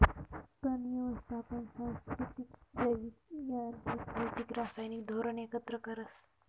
तण यवस्थापन सांस्कृतिक, जैविक, यांत्रिक, भौतिक, रासायनिक धोरण एकत्र करस